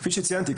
כפי שציינתי,